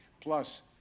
plus